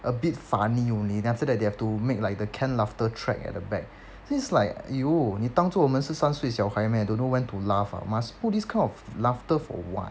a bit funny only then after they have to make like the canned laughter track at the back then it's like !aiyo! 你当做我们是三岁小孩 meh don't know when to laugh ah must put these kind of laughter for what